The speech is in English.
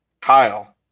Kyle